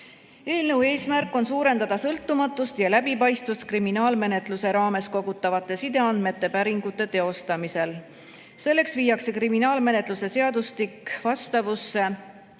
Eelnõu eesmärk on suurendada sõltumatust ja läbipaistvust kriminaalmenetluse raames kogutavate sideandmete päringute teostamisel. Selleks viiakse kriminaalmenetluse seadustik vastavusse